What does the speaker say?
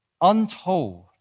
untold